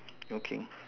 okay